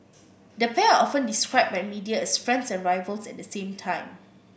the pair are often described by media as friends and rivals at the same time